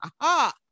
aha